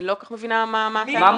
אני לא כל כך מבינה מה הטענות פה.